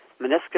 meniscus